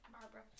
Barbara